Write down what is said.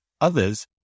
Others